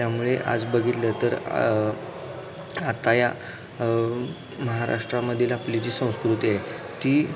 त्यामुळे आज बघितलं तर आता या महाराष्ट्रामधील आपली जी संस्कृती आहे ती